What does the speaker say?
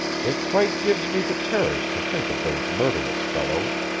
it quite gives me the terrors to think of those murderous fellows.